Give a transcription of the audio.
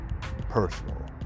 personal